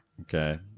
Okay